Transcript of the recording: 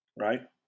right